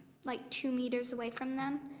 like two meters away from them.